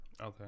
Okay